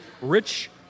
rich